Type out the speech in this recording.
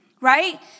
right